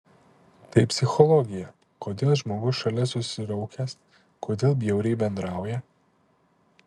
tai psichologija kodėl žmogus šalia susiraukęs kodėl bjauriai bendrauja